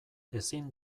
ezin